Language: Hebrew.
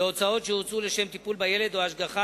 והוצאות שהוצאו לשם טיפול בילד או השגחה